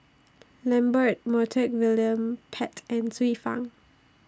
Lambert Montague William Pett and Xiu Fang